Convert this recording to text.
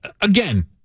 again